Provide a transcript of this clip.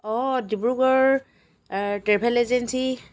অঁ Dibrugarh travel agency